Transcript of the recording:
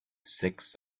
six